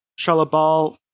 Shalabal